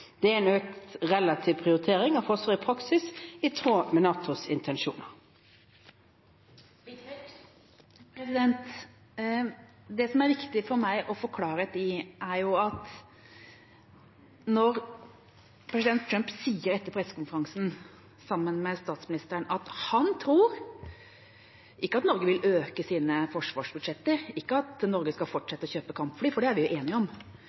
Det er en økt relativ prioritering av forsvar i praksis, i tråd med NATOs intensjoner. Dette er det viktig for meg å få klarhet i: Når president Trump etter pressekonferansen med statsministeren sier at han tror – ikke at Norge vil øke sine forsvarsbudsjetter, og ikke at Norge skal fortsette å kjøpe kampfly, for det er vi jo enige om